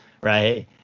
Right